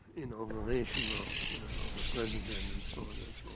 inauguration of the president and and so on and so